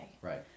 Right